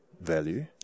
value